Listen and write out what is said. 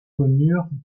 connurent